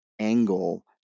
angle